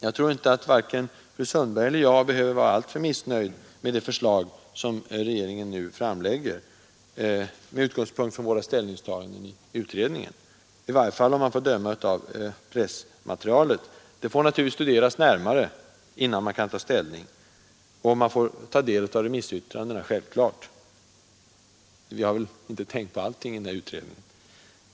Jag tror inte att vare sig fru Sundberg eller jag behöver vara alltför missnöjda med det förslag som regeringen nu framlägger med utgångspunkt i våra ställningstaganden i utredningen, i varje fall om man får döma av pressmaterialet. Förslaget får naturligtvis studeras närmare innan man kan ta ställning. Man får självfallet också först ta del av remissyttrandena — vi har väl inte tänkt på allting i denna utredning.